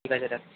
ঠিক আছে রাখছি